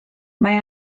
mae